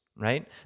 right